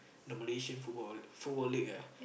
the Malaysian football football league ah